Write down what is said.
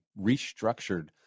restructured